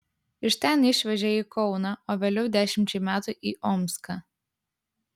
iš ten išvežė į kauną o vėliau dešimčiai metų į omską